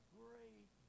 great